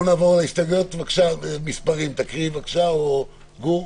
בואו נעבור על ההסתייגויות, תקרא בבקשה מספרים.